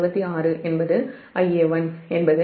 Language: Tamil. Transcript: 866 என்பது Ia1 என்பது j6